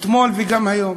אתמול וגם היום.